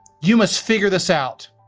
you must figure this out.